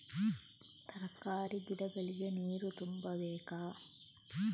ತರಕಾರಿ ಗಿಡಗಳಿಗೆ ನೀರು ತುಂಬಬೇಕಾ?